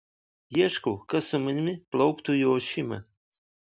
ieškau kas su manimi plauktų į ošimą